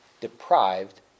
deprived